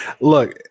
look